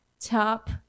top